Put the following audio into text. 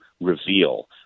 reveal